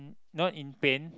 not in pain